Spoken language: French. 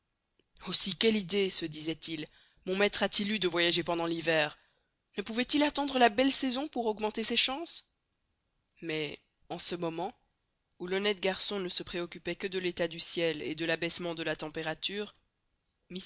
aussi quelle idée se disait-il mon maître a-t-il eue de voyager pendant l'hiver ne pouvait-il attendre la belle saison pour augmenter ses chances mais en ce moment où l'honnête garçon ne se préoccupait que de l'état du ciel et de l'abaissement de la température